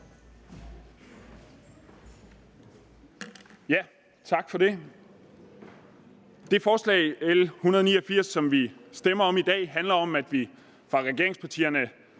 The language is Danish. (S): Tak for det. Det forslag, L 189, som der stemmes om i dag, handler om, at vi fra regeringspartiernes